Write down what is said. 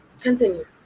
Continue